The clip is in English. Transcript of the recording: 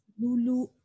Lulu